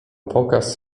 pokaz